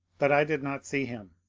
but i did not see him.